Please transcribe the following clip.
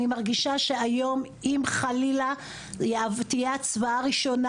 אני מרגישה שהיום אם חלילה תהיה הצבעה ראשונה,